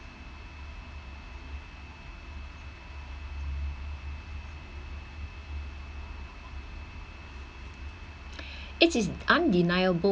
it is undeniable